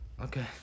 Okay